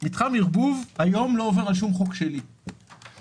מתחם ערבוב היום לא עובר על שום חוק שלי, לצערי.